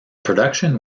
production